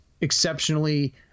exceptionally